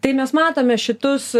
tai mes matome šitus